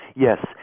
Yes